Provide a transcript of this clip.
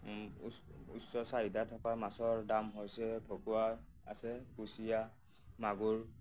উচ্চ চাহিদা থকা মাছৰ দাম হৈছে ভকুৱা আছে কুচিয়া মাগুৰ